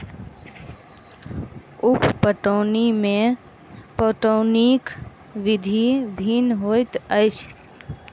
उप पटौनी मे पटौनीक विधि भिन्न होइत अछि